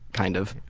kind of.